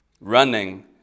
Running